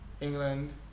England